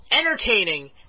entertaining